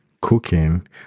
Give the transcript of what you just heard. cooking